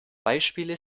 beispiele